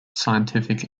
scientific